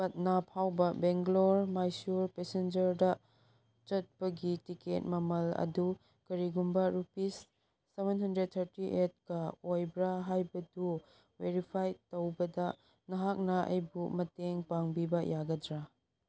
ꯄꯠꯅꯥ ꯐꯥꯎꯕ ꯕꯦꯡꯒꯂꯣꯔ ꯃꯦꯁꯨꯔ ꯄꯦꯁꯦꯟꯖꯔꯗ ꯆꯠꯄꯒꯤ ꯇꯤꯛꯀꯦꯠ ꯃꯃꯜ ꯑꯗꯨ ꯀꯔꯤꯒꯨꯝꯕ ꯔꯨꯄꯤꯁ ꯁꯕꯦꯟ ꯍꯟꯗ꯭ꯔꯦꯗ ꯊꯥꯔꯇꯤ ꯑꯩꯠꯀ ꯑꯣꯏꯕ꯭ꯔꯥ ꯍꯥꯏꯕꯗꯨ ꯕꯦꯔꯤꯐꯥꯏ ꯇꯧꯕꯗ ꯅꯍꯥꯛꯅ ꯑꯩꯕꯨ ꯃꯇꯦꯡ ꯄꯥꯡꯕꯤꯕ ꯌꯥꯒꯗ꯭ꯔꯥ